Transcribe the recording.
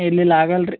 ಇಲ್ಲ ಇಲ್ಲ ಆಗಲ್ಲ ರೀ